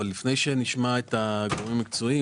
לפני שנשמע את הגורמים המקצועיים,